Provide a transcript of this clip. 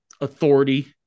authority